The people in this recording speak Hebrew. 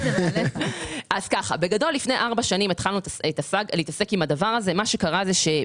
בגדול, התחלנו להתעסק עם זה לפני ארבע שנים.